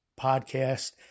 podcast